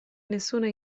nessuna